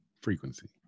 frequency